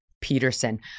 Peterson